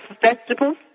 vegetables